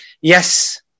yes